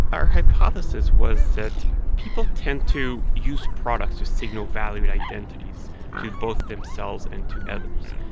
our hypothesis was that people tend to use products to signal value in identities to both themselves and to others.